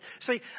see